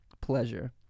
pleasure